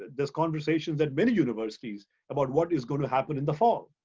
there's conversations at many universities about what is gonna happen in the fall.